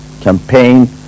campaign